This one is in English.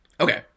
Okay